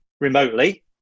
remotely